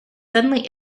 suddenly